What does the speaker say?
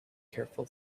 careful